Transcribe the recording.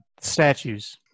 Statues